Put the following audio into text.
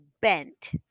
bent